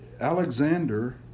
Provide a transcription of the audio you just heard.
Alexander